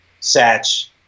Satch